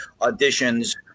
auditions